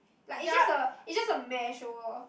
like it's just a it just a measure